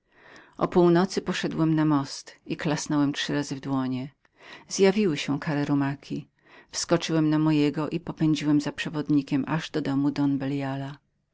o północy poszedłem na most klasnąłem trzy razy w dłonie zjawiły się kare rumaki wskoczyłem na mojego i popędziłem w cwał za moim przewodnikiem aż do domu don beliala